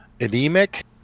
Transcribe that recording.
anemic